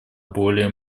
более